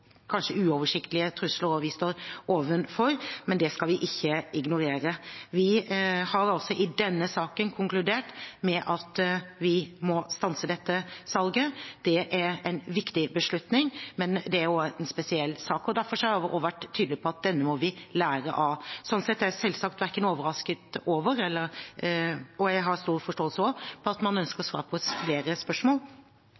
kanskje uoversiktlige trusler vi står overfor, men det skal vi ikke ignorere. Vi har altså i denne saken konkludert med at vi må stanse dette salget. Det er en viktig beslutning, men det er også en spesiell sak. Derfor har vi også vært tydelige på at denne må vi lære av. Sånn sett er jeg ikke overrasket over, og jeg har også stor forståelse for, at man ønsker